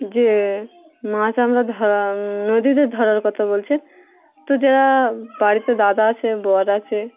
যে মাছ আমরা ধরা নদীতে ধরার কথা বলছেন তো যারা বাড়িতে দাদা আছে বর আছে